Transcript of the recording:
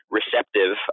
receptive